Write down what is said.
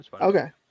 Okay